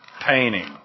Painting